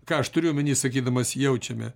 ką aš turiu omeny sakydamas jaučiame